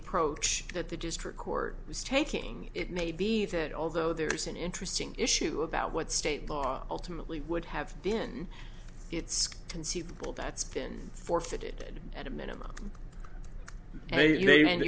approach that the district court is taking it may be that although there's an interesting issue about what state bar ultimately would have been it's conceivable that's been forfeited at a minimum a